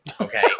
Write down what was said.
Okay